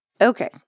okay